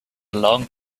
long